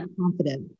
confident